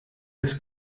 des